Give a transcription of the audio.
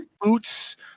boots